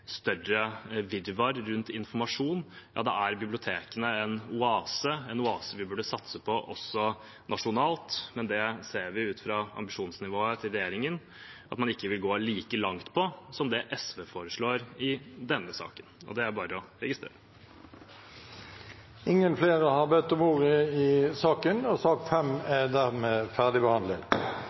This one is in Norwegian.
større virvar rundt informasjon, er bibliotekene en oase – en oase vi burde satse på også nasjonalt. Men vi ser ut fra ambisjonsnivået til regjeringen at man ikke vil gå like langt som det SV foreslår i denne saken, og det er bare å registrere. Flere har ikke bedt om ordet